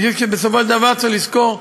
אני חושב שבסופו של דבר צריך לזכור,